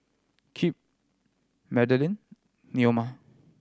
Kip Madelynn Neoma